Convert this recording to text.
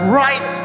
right